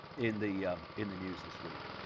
in the in the news this week.